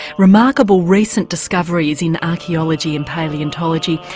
remarkable recent discoveries in archaeology and palaeontology,